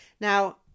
Now